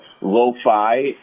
lo-fi